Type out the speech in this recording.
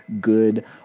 good